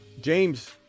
James